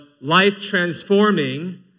life-transforming